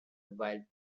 while